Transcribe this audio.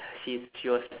she's she was